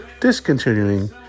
discontinuing